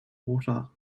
water